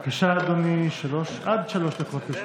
בבקשה, אדוני, עד שלוש דקות לרשותך.